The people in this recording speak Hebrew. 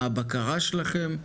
מה הבקרה שלכם,